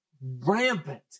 rampant